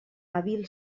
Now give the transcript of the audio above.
hàbil